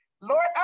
lord